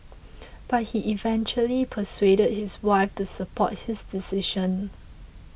but he eventually persuaded his wife to support his decision